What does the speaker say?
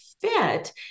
fit